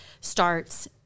starts